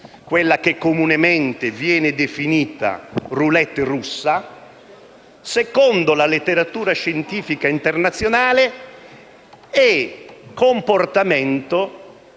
quella che comunemente viene definita *roulette* russa, secondo la letteratura scientifica internazionale è un comportamento,